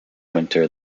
winter